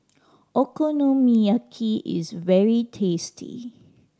okonomiyaki is very tasty